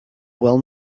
well